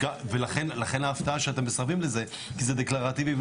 לכן ההפתעה שאתם מסרבים לזה כי זה דקלרטיבי.